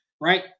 right